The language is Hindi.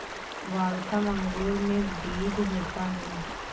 वाल्थम अंगूर में बीज होता है